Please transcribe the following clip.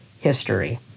history